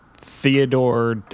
Theodore